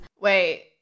wait